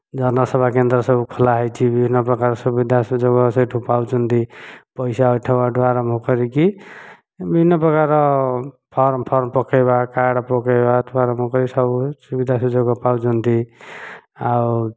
ଜନସେବା କେନ୍ଦ୍ର ସବୁ ଖୋଲାହୋଇଛି ବିଭିନ୍ନ ପ୍ରକାର ସୁବିଧା ସୁଯୋଗ ସେହିଠୁ ପାଉଛନ୍ତି ପଇସା ଉଠାଇବାଠୁ ଆରମ୍ଭ କରିକି ବିଭିନ୍ନ ପ୍ରକାର ଫର୍ମ ଫର୍ମ ପକାଇବା କାର୍ଡ଼ ପକାଇବାଠୁ ଆରମ୍ଭ କରି ସବୁ ସୁବିଧା ସୁଯୋଗ ପାଉଛନ୍ତି ଆଉ